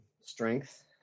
strength